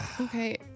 Okay